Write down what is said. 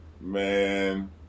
man